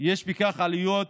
יש לכך עלויות